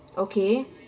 okay